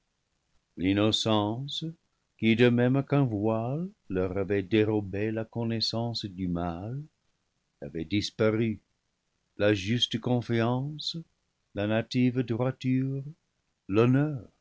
l'innocence qui de même qu'un voile leur avait dérobé la connaissance du mal avait disparu la juste confiance la native droiture l'honneur